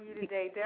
today